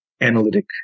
analytic